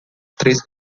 três